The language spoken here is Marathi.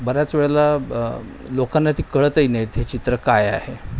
बऱ्याच वेळेला लोकांना ती कळतही नाहीत हे चित्र काय आहे